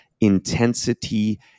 intensity